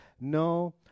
no